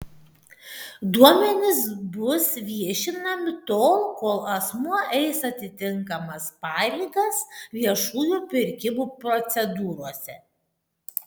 duomenys bus viešinami tol kol asmuo eis atitinkamas pareigas viešųjų pirkimų procedūrose